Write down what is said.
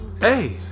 Hey